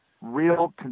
real